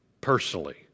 personally